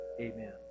Amen